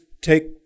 take